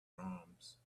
proms